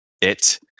It